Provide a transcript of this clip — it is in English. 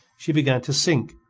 she began to sink,